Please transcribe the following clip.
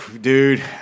Dude